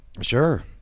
Sure